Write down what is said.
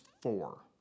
four